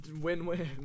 win-win